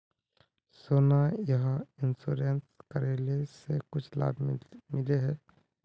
सोना यह इंश्योरेंस करेला से कुछ लाभ मिले है?